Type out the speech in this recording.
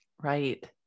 right